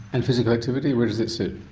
and physical activity, where does that sit?